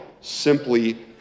simply